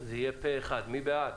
מי בעד?